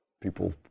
people